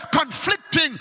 conflicting